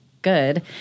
good